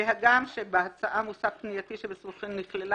והגם שבהצעה- -- פנייתי שבסימוכין נכללה